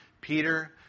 Peter